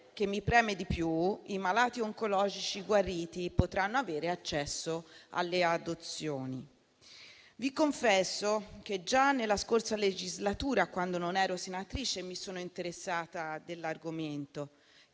che mi preme di più - i malati oncologici guariti potranno avere accesso alle adozioni. Vi confesso che già nella scorsa legislatura, quando non ero senatrice, mi sono interessata dell'argomento